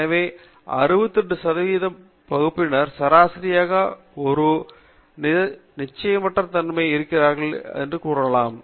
எனவே 68 சதவிகித பகுதியினர் சராசரியிலிருந்து ஒரு நியமச்சாய்விற்குள் இருக்கிறார்கள் என்று நீங்கள் கூறலாம்